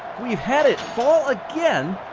we've had it fall again,